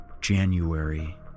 January